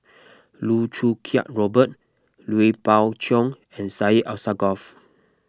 Loh Choo Kiat Robert Lui Pao Chuen and Syed Alsagoff